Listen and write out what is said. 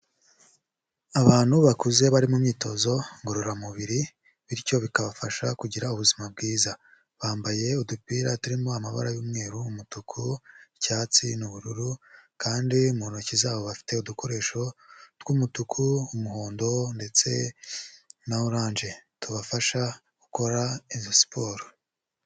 Abantu bakuze bari mu myitozo ngororamubiri bityo bikabafasha kugira ubuzima bwiza, bambaye udupira turimo amabara y'umweru, umutuku, icyatsi, n'ubururu kandi mu ntoki zabo bafite udukoresho tw'umutuku, umuhondo ndetse na oranje tubafasha gukora izo siporo.